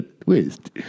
twist